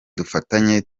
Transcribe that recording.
dufatanye